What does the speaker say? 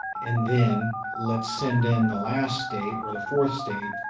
and then, let's send in the last state, or the fourth state,